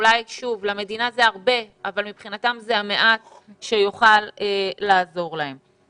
אולי למדינה זה הרבה אבל מבחינתם זה המעט שיוכל לעזור להם.